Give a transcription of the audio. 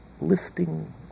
lifting